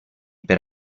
per